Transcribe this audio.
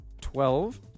Twelve